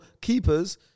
keepers